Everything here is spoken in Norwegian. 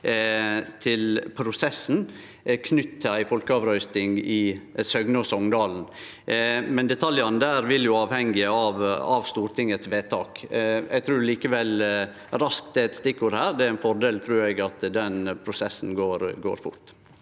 til prosessen knytt til ei folkeavrøysting i Søgne og Songdalen. Detaljane der vil jo avhenge av Stortingets vedtak. Eg trur likevel «raskt» er eit stikkord her. Det er ein fordel at den prosessen går fort,